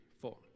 four